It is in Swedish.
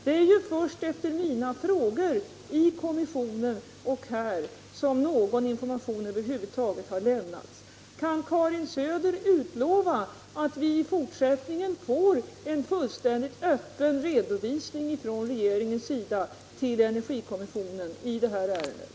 Det är ju först efter mina frågor i kommissionen och här som någon information över huvud taget har lämnats. Kan Karin Söder utlova att vi i fortsättningen får en fullständigt öppen redovisning från regeringens sida till energikommissionen i det här ärendet?